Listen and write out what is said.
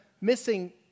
missing